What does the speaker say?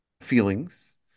feelings